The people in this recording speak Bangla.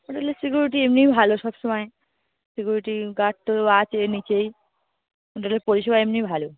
হোটেলের সিকিউরিটি এমনিই ভালো সব সবসময় সিকিউরিটি গার্ড তো আছে এ নিচেই হোটেলের পরিষেবা এমনিই ভালো